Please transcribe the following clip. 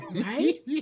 Right